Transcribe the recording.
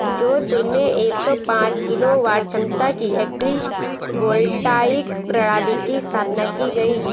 जोधपुर में एक सौ पांच किलोवाट क्षमता की एग्री वोल्टाइक प्रणाली की स्थापना की गयी